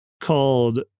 called